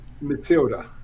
Matilda